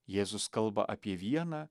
jėzus kalba apie vieną